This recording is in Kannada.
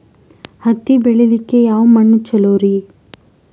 ಹತ್ತಿ ಬೆಳಿಲಿಕ್ಕೆ ಯಾವ ಮಣ್ಣು ಚಲೋರಿ?